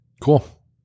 Cool